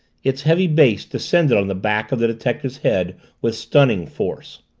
its heavy base descended on the back of the detective's head with stunning force.